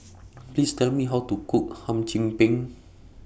Please Tell Me How to Cook Hum Chim Peng